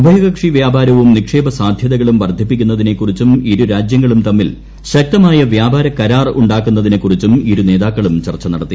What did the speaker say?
ഉഭയകക്ഷി വ്യാപാരവും നിക്ഷേപ സാധൃതകളും വർദ്ധിപ്പിക്കുന്നതിനെക്കുറിച്ചും ഇരു രാജ്യങ്ങളും തമ്മിൽ ശക്തമായ വ്യാപാര കരാർ ഉണ്ടാക്കുന്നതിനെക്കുറിച്ചും ഇരു നേതാക്കളും ചർച്ച നടത്തി